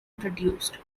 produced